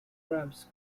ramps